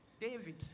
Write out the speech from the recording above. David